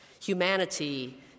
Humanity